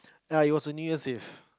ya it was a New Year's Eve